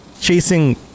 Chasing